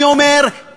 אני אומר,